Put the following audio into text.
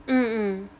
mmhmm